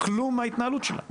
לא שינתה כלום מההתנהגות שלה,